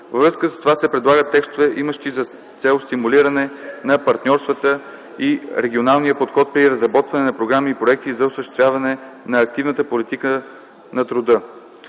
Във връзка с това се предлагат текстове, имащи за цел стимулиране на партньорствата и регионалния подход при разработване на програми и проекти за осъществяване на активната политика на труда.